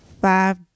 five